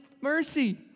mercy